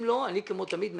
אם לא, אני כמו תמיד מאיים.